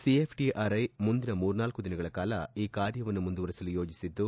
CFTRI ಮುಂದಿನ ಮೂರ್ನಾಲ್ತು ದಿನಗಳ ಕಾಲ ಈ ಕಾರ್ಯವನ್ನು ಮುಂದುವರೆಸಲು ಯೋಜಿಸಿದ್ದು